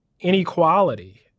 inequality